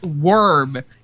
worm